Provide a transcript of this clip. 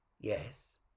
Yes